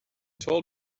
told